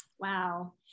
Wow